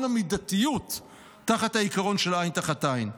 המידתיות תחת העיקרון של "עין תחת עין".